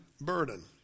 burden